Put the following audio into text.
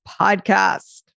podcast